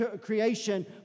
creation